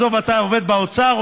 עזוב, אתה עובד באוצר?